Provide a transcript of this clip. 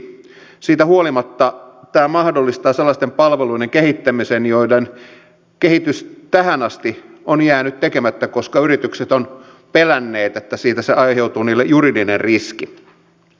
siitä huolimatta tämä mahdollistaa sellaisten palveluiden kehittämisen joiden kehitys tähän asti on jäänyt tekemättä koska yritykset ovat pelänneet että siitä aiheutuu niille juridinen riski